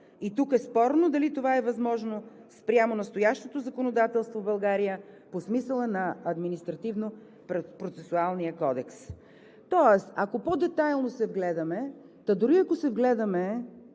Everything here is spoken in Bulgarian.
е тук дали това е възможно спрямо настоящото законодателство в България по смисъла на Административно-процесуалния кодекс. Тоест, ако по-детайлно се вгледаме, та дори ако се вгледаме,